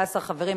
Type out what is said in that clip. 16 חברים,